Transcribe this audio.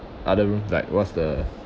other room like what's the